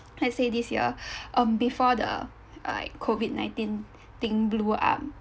let's say this year um before the like COVID nineteen thing blew up